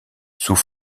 sous